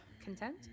content